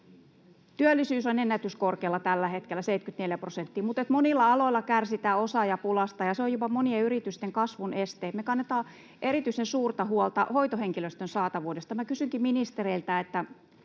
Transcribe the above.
Työllisyys on ennätyskorkealla tällä hetkellä, 74 prosenttia, mutta monilla aloilla kärsitään osaajapulasta, ja se on jopa monien yritysten kasvun este. Me kannetaan erityisen suurta huolta hoitohenkilöstön saatavuudesta. Minä kysynkin ministereiltä: Miten